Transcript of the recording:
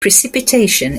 precipitation